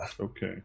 Okay